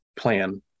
plan